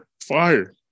fire